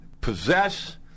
possess